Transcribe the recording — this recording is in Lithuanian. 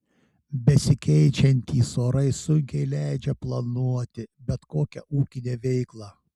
besikeičiantys orai sunkiai leidžia planuoti bet kokią ūkinę veiklą